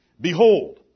Behold